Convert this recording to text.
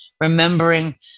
remembering